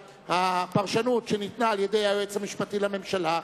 הפרשנות שניתנה על-ידי היועץ המשפטי לממשלה,